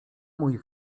mój